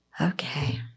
Okay